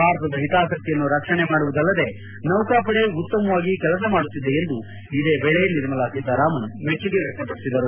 ಭಾರತದ ಹಿತಾಸಕ್ತಿಯನ್ನು ರಕ್ಷಣೆ ಮಾಡುವುದಲ್ಲದೆ ಸೌಕಾಪಡೆ ಉತ್ತಮವಾಗಿ ಕೆಲಸ ಮಾಡುತ್ತಿದೆ ಎಂದು ಇದೇ ವೇಳೆ ನಿರ್ಮಲಾ ಸೀತಾರಾಮನ್ ಮೆಚ್ಚುಗೆ ವ್ಯಕ್ತಪಡಿಸಿದ್ದಾರೆ